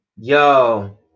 yo